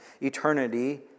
eternity